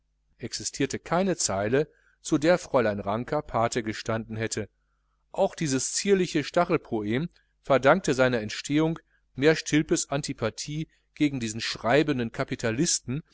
existierte keine zeile zu der fräulein ranker pathe gestanden hätte und auch dieses zierliche stachelpoem verdankt seine entstehung mehr stilpes antipathie gegen diesen schreibenden kapitalisten